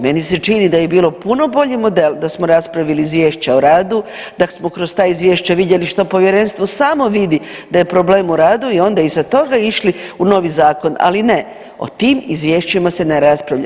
Meni se čini da bi bio puno bolji model da smo raspravili izvješća o radu, da smo kroz ta izvješća vidjeli što povjerenstvo samo vidi da je problem u radu i onda iza toga išli u novi zakon, ali ne, o tim izvješćima se ne raspravlja.